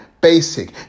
basic